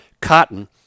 Cotton